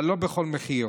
אבל לא בכל מחיר,